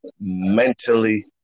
mentally